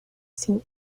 sin